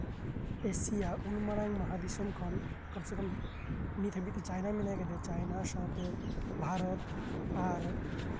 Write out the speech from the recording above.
Asia ᱩᱱ ᱢᱟᱨᱟᱝ ᱢᱚᱦᱟᱫᱤᱥᱚᱢ ᱠᱷᱚᱱ ᱠᱚᱢ ᱥᱮ ᱠᱚᱢ ᱱᱤᱛ ᱦᱟᱹᱵᱤᱡ ᱛᱮ ᱪᱟᱭᱱᱟ ᱢᱮᱱᱟᱭ ᱠᱟᱫᱮᱭᱟ ᱛᱟᱭᱱᱟ ᱥᱟᱶᱛᱮ ᱵᱷᱟᱨᱚᱛ ᱟᱨ